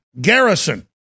Garrison